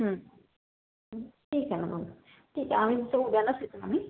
हं ठीक आहे ना मॅम ठीक आहे आम्ही उद्यालाच येतो आम्ही